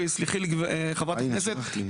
וסלחי לי חברת הכנסת,